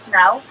now